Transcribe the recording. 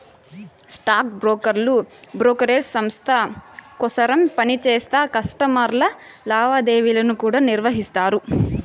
stock బ్రోకర్లు brokerage సంస్త కోసరం పనిచేస్తా కస్టమర్ల లావాదేవీలను కూడా నిర్వహిస్తారు